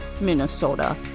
Minnesota